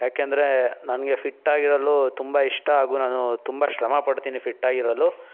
ಯಾಕೆಂದರೆ ನನಗೆ ಫಿಟ್ಟಾಗಿರಲು ತುಂಬ ಇಷ್ಟ ಹಾಗೂ ನಾನು ತುಂಬ ಶ್ರಮಪಡ್ತೀನಿ ಫಿಟ್ಟಾಗಿರಲು